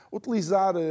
utilizar